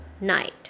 night